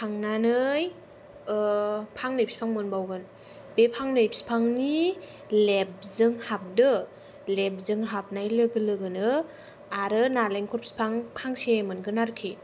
थांनानै फांनै बिफां मोनबावगोन बे फांनै बिफांनि लेफ्टजों हाबदो लेफ्टजों हाबनानै लोगो लोगोनो आरो नालेंखर बिफां फांसे मोनगोन आरोखि